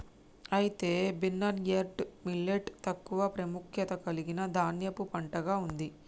అయితే barnyard millet తక్కువ ప్రాముఖ్యత కలిగిన ధాన్యపు పంటగా ఉంది